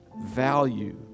value